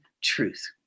truth